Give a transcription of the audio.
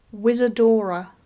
Wizardora